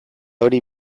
hori